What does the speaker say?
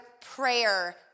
prayer